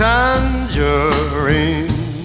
Tangerine